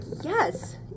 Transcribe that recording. yes